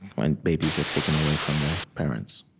when babies are taken away from their parents.